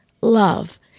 love